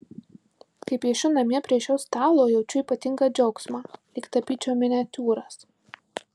kai piešiu namie prie šio stalo jaučiu ypatingą džiaugsmą lyg tapyčiau miniatiūras